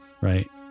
Right